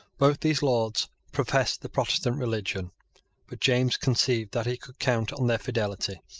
both these lords professed the protestant religion but james conceived that he could count on their fidelity.